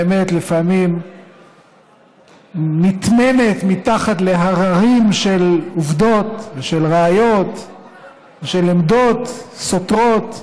והאמת לפעמים נטמנת מתחת להררים של עובדות ושל ראיות ושל עמדות סותרות.